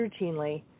routinely